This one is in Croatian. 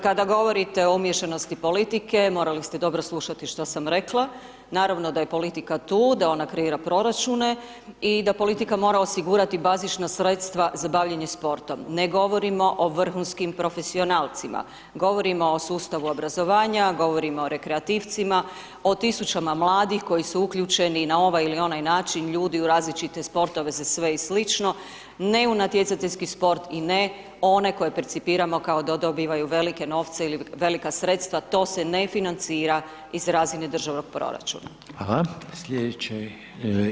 Kada govorite o umiješanosti politike morali ste dobro slušati što sam rekla, naravno da je politika tu, da ona kreira proračune i da politika mora osigurati bazična sredstava za bavljenje sportom, ne govorimo o vrhunskim profesionalcima, govorimo o sustavu obrazovanja, govorimo o rekreativcima, o tisućama mladih koji su uključeni na ovaj ili onaj način ljudi u različite sportove za sve i slično, ne u natjecateljski sport i ne one koje percipiramo kao da dobivaju velike novce ili velika sredstva, to se ne financira iz razine državnog proračuna.